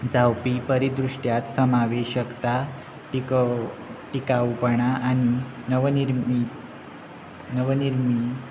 जावपी परिदृश्ट्यात समावेशकता टिकाऊपणां आनी नवनिर्मी नवनिर्मी